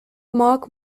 marc